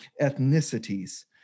ethnicities